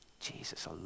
Jesus